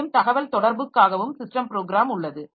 மேலும் தகவல்தொடர்புக்காகவும் system programme உள்ளது